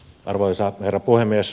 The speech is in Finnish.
arvoisa herra puhemies